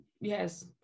Yes